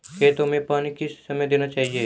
खेतों में पानी किस समय देना चाहिए?